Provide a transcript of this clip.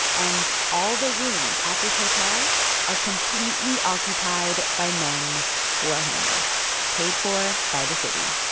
and all the rooms at this hotel are completely occupied by men who are homeless, paid for by the city